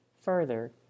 Further